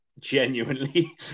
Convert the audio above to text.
genuinely